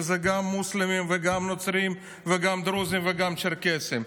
וזה גם מוסלמים וגם נוצרים וגם דרוזים וגם צ'רקסים.